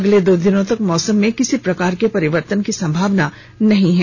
अगले दो दिनों तक मौसम में किसी प्रकार के परिवर्तन की संभावना नहीं है